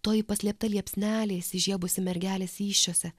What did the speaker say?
toji paslėpta liepsnelė įsižiebusi mergelės įsčiose